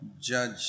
judge